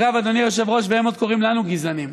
ואגב, אדוני היושב-ראש, הם עוד קוראים לנו גזענים.